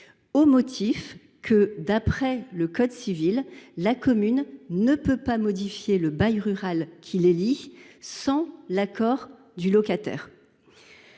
alléguant que d’après le code civil, la commune ne peut pas modifier le bail rural qui les lie sans l’accord du locataire.